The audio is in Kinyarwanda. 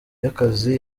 y’akazi